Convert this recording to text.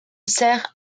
sert